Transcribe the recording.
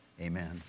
amen